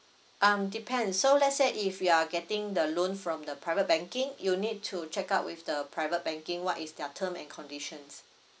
um depends so let's say if you are getting the loan from the private banking you need to check out with the private banking what is their term and conditions